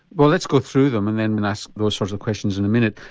well let's go through them and then ask those sorts of questions in a minute.